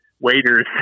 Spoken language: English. waiters